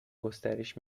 گسترش